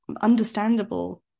understandable